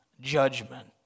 judgment